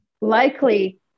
likely